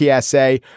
PSA